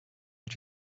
but